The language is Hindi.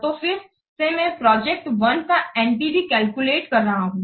तो फिर से मैं प्रोजेक्ट 1 का NPV कैलकुलेट कर रहा हूं